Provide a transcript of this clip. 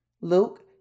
Luke